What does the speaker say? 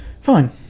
Fine